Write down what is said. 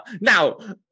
Now